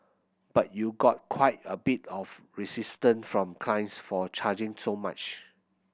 but you got quite a bit of resistance from clients for charging so much